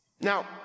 Now